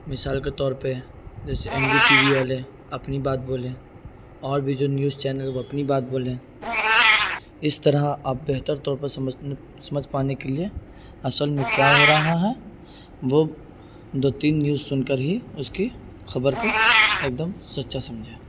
مثال کے طور پہ جیسے این ڈی ٹی وی والے اپنی بات بولیں اور بھی جو نیوز چینل ہیں وہ اپنی بات بولیں اس طرح آپ بہتر طور پر سمجھ سمجھ پانے کے لیے اصل میں کیا ہو رہا ہے وہ دو تین نیوز سن کر ہی اس کی خبر کو ایک دم سچا سمجھیں